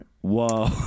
Whoa